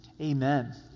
amen